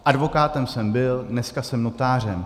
Advokátem jsem byl, dneska jsem notářem.